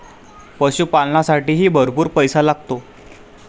पशुपालनालासाठीही भरपूर पैसा लागतो